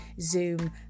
Zoom